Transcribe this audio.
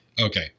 Okay